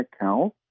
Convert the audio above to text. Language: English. account